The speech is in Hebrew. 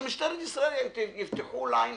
משטרת ישראל יפתחו אולי חדש,